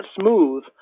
smooth